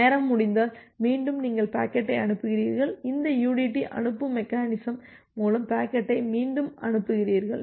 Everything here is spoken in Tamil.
நேரம் முடிந்தால் மீண்டும் நீங்கள் பாக்கெட்டை அனுப்புகிறீர்கள் இந்த udt அனுப்பும் மெக்கெனிசம் மூலம் பாக்கெட்டை மீண்டும் அனு ப்புகிறீர்கள்